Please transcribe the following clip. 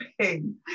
pain